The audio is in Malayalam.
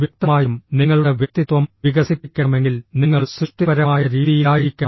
വ്യക്തമായും നിങ്ങളുടെ വ്യക്തിത്വം വികസിപ്പിക്കണമെങ്കിൽ നിങ്ങൾ സൃഷ്ടിപരമായ രീതിയിലായിരിക്കണം